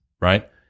right